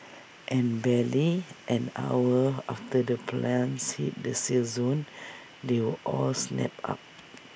and barely an hour after the plants hit the sale zone they were all snapped up